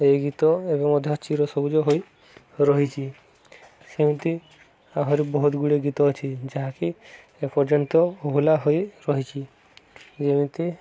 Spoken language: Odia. ଏଇ ଗୀତ ଏବେ ମଧ୍ୟ ଚିରସବୁଜ ହୋଇ ରହିଛି ସେମିତି ଆହୁରି ବହୁତ ଗୁଡ଼ିଏ ଗୀତ ଅଛି ଯାହାକି ଏପର୍ଯ୍ୟନ୍ତ ଅଭୁଲା ହୋଇ ରହିଛିି ଯେମିତି